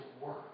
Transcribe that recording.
work